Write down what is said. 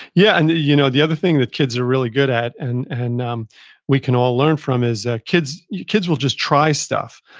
yeah, and the you know the other thing that kids are really good at, and and um we can all learn from is ah that yeah kids will just try stuff.